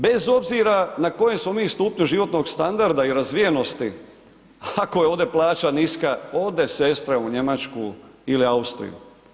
Bez obzira na kojem smo mi stupnju životnog standarda i razvijenosti ako je ovdje plaća niska od sestra u Njemačku ili Austriju.